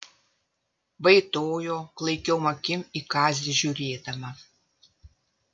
vaitojo klaikiom akim į kazį žiūrėdama